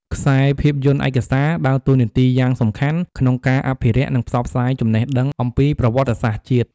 ខ្សែភាពយន្តឯកសារដើរតួនាទីយ៉ាងសំខាន់ក្នុងការអភិរក្ស និងផ្សព្វផ្សាយចំណេះដឹងអំពីប្រវត្តិសាស្ត្រជាតិ។